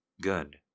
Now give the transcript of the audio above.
Good